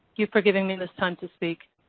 you for giving me this time to speak.